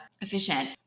efficient